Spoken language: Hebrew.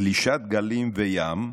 גלישת גלים וים.